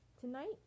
Tonight